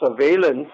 surveillance